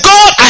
God